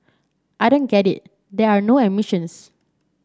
I don't get it there are no emissions